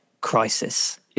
crisis